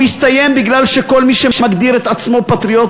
הוא הסתיים כי כל מי שמגדיר את עצמו פטריוט